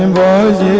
and rows